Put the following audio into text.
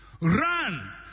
Run